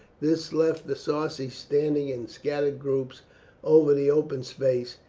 this left the sarci standing in scattered groups over the open space,